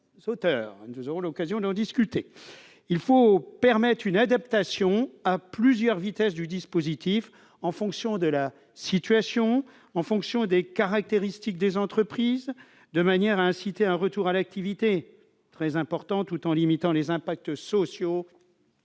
Nous aurons l'occasion d'en discuter. Il faut permettre une adaptation à plusieurs vitesses du dispositif, en fonction de la situation et descaractéristiques des entreprises, de manière à inciter à un retour à l'activité très important tout en limitant les impacts sociaux